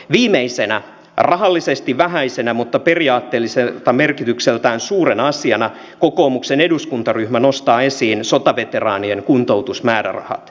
viimeisenä rahallisesti vähäisenä mutta periaatteelliselta merkitykseltään suurena asiana kokoomuksen eduskuntaryhmä nostaa esiin sotaveteraanien kuntoutusmäärärahat